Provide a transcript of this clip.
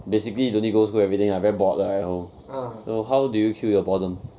basically you don't need to go school everyday very bored lah at home so how do you kill your boredom